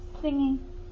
singing